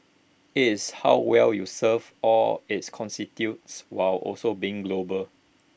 it's how well you serve all its constituents while also being global